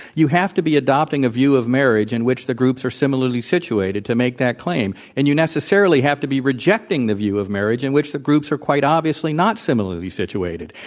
you have to be adopting a view of marriage in which the groups are similarly situated to make that claim. and you necessarily have to be rejecting the view of marriage in which the groups are quite obviously not similarly situated.